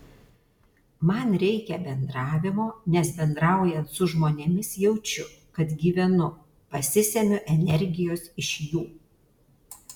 man reikia bendravimo nes bendraujant su žmonėmis jaučiu kad gyvenu pasisemiu energijos iš jų